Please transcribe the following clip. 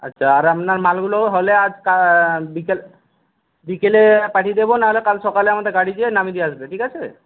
আচ্ছা আর আপনার মালগুলো হলে আজ বিকেলে বিকেলে পাঠিয়ে দেবো না হলে কাল সকালে আমাদের গাড়ি গিয়ে নামিয়ে দিয়ে আসবে ঠিক আছে